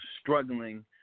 struggling